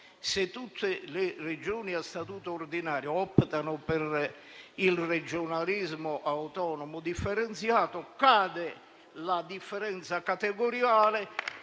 Se tutte le Regioni a statuto ordinario optano per il regionalismo autonomo differenziato, cade la differenza categoriale